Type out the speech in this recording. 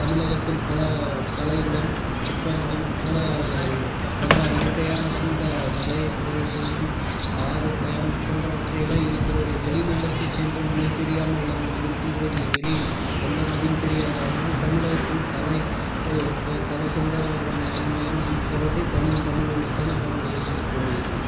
தமிழகத்தில் பல கலைகளும் சிற்பங்களும் பல நல்லா இயற்கையான சூழ்ந்த மலை பிரதேசங்களும் ஆறு டேம் போன்றவற்றையெல்லாம் இருக்கிறது வெளி மாநிலத்தில் சென்று மொழி தெரியாமல் நாங்கள் இருக்கும்பொழுது வெளி எந்த மொழியும் தெரியாது அதனால் தமிழகத்தின் தலை ச த தலைசிறந்த இது நகரமாக நாம் கருதி தமிழ் தமிழ் என்று தான் வந்து இருக்கணும்